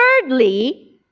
thirdly